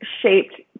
shaped